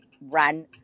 run